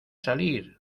salir